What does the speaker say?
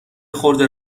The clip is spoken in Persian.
خورده